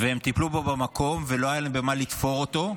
הם טיפלו בו במקום, ולא היה להם במה לתפור אותו.